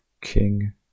King